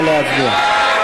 נא להצביע.